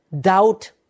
Doubt